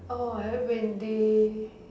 orh have when they